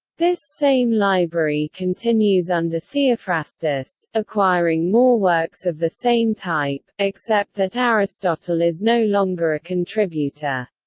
this same library continues under theophrastus, acquiring more works of the same type, except that aristotle is no longer a contributor.